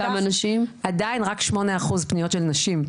עדיין רק 8% פניות של נשים.